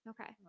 Okay